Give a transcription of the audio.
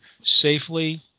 safely